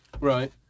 Right